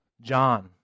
John